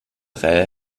reihe